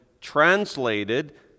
translated